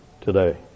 today